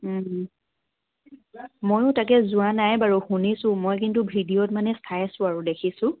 ময়ো তাকে যোৱা নাই বাৰু শুনিছো মই কিন্তু ভিডিঅ'ত মানে চাইছো আৰু দেখিছো